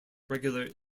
regular